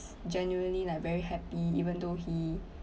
genuinely like very happy even though he